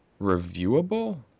reviewable